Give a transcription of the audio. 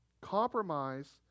Compromise